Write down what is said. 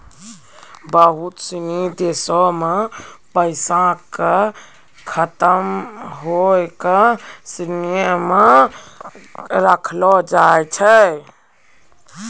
बहुते सिनी देशो के पैसा के खतम होय के श्रेणी मे राखलो गेलो छै